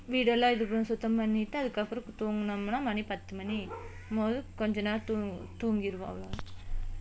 வீடெல்லாம் இது சுத்தம் பண்ணிட்டு அதுக்கப்பறம் தூங்குனோம்னா மணி பத்து மணி போது கொஞ்சம் நேரம் தூங் தூங்கிடுவோம் அவ்வளோதான்